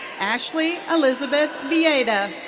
ashley elizabeth villeda.